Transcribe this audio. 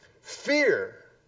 Fear